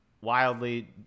wildly